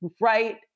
right